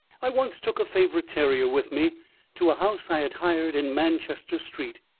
i once took a favourite terrier with me to a house i had hired in manchester street.